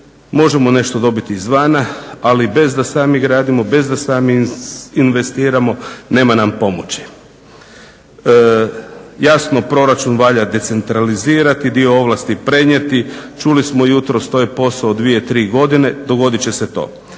Možemo nešto dobiti izvana, ali bez da sami gradimo, bez da sami investiramo, nema nam pomoći. Jasno proračun valja decentralizirati, dio ovlasti prenijeti. Čuli smo jutros to je posao dvije, tri godine. Dogodit će se to.